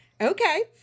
Okay